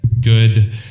good